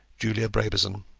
julia brabazon.